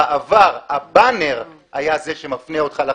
בעבר הבאנר היה זה שמפנה אותך לחנות.